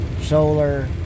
solar